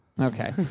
Okay